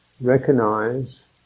recognize